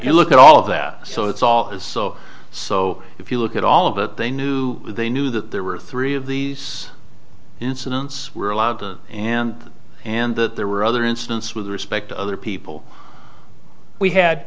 you look at all of that so it's all is so so if you look at all of that they knew they knew that there were three of these incidents were allowed and and that there were other incidents with respect to other people we had